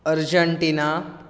Argentina